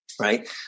right